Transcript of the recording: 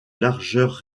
largeur